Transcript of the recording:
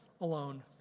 alone